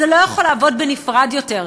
זה לא יכול לעבוד בנפרד יותר,